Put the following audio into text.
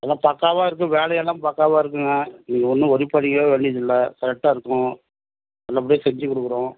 எல்லாம் பக்காவாக இருக்கும் வேலையெல்லாம் பக்காவாக இருக்குங்க நீங்கள் ஒன்றும் ஒரி பண்ணிக்கவே வேண்டியதில்லை கரெக்ட்டாக இருக்கும் நல்ல படியாக செஞ்சு கொடுக்குறோம்